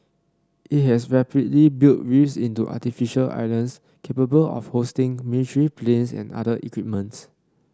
it has rapidly built reefs into artificial islands capable of hosting military planes and other equipments